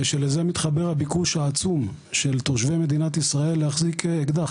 לזה מתחבר הביקוש העצום של תושבי מדינת ישראל להחזיק אקדח.